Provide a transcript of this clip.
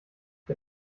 der